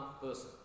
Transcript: person